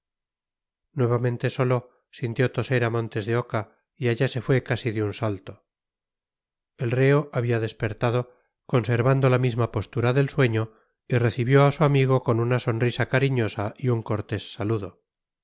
nuevamente solo sintió toser a montes de oca y allá se fue casi de un salto el reo había despertado conservando la misma postura del sueño y recibió a su amigo con una sonrisa cariñosa y un cortés saludo